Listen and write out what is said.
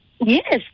Yes